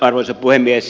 arvoisa puhemies